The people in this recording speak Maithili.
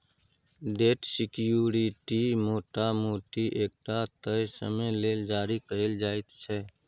डेट सिक्युरिटी मोटा मोटी एकटा तय समय लेल जारी कएल जाइत छै